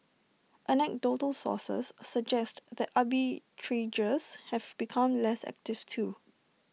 anecdotal sources suggest that arbitrageurs have become less active too